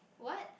what